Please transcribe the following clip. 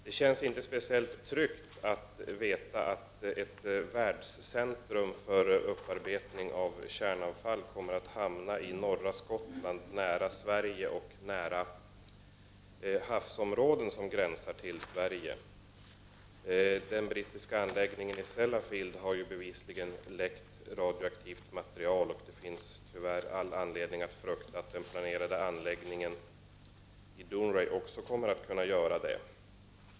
Det känns inte speciellt tryggt att veta att ett världscentrum för upparbetning av kärnkraftsavfall kommer att hamna i norra Skottland, nära Sverige och nära de havsområden som gränsar till Sverige. Den brittiska anläggningen i i Sellafield har ju bevisligen läckt radioaktivt material, och det finns tyvärr all anledning att frukta att också den planerade anläggningen i Dounreay kommer att göra det.